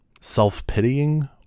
self-pitying